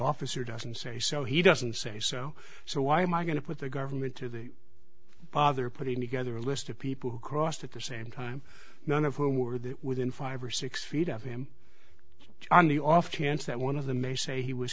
officer doesn't say so he doesn't say so so why am i going to put the government through the bother putting together a list of people who crossed at the same time none of whom were there within five or six feet of him on the off chance that one of the may say he was